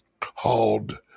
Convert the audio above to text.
called